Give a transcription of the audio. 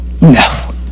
No